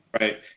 right